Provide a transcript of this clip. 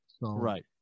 Right